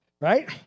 right